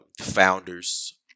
founders